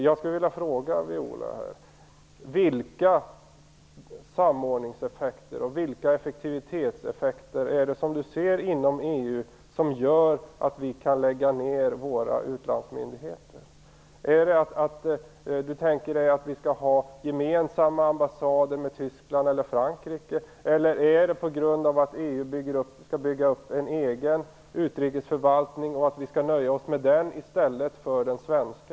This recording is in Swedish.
Jag skulle vilja fråga: Vilka samordningseffekter och vilka effektivitetseffekter inom EU som gör att vi kan lägga ned våra utlandsmyndigheter ser Viola Furubjelke? Tänker hon sig att vi skall ha gemensamma ambassader med Tyskland eller Frankrike? Är det på grund av att EU skall bygga upp en egen utrikesförvaltning? Skall vi nöja oss med den i stället för den svenska?